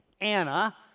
Anna